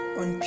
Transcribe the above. on